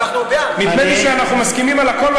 נדמה לי שאנחנו מסכימים על הכול,